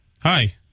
hi